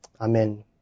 Amen